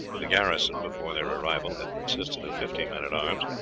the garrison, before their arrival, had consisted of fifty men-at-arms,